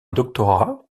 doctorat